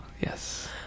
Yes